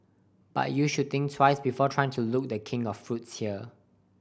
but you should think twice before trying to loot The King of fruits here